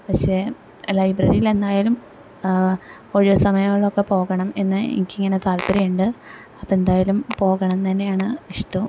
പക്ഷേ ലൈബ്രറിലെന്നായാലും ഒഴിവ് സമയങ്ങളിലൊക്കെ പോകണം എന്ന് എനിക്കിങ്ങനെ താല്പര്യമുണ്ട് അപ്പോൾ എന്തായാലും പോകണംനന്നയാണ് ഇഷ്ടോം